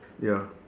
ya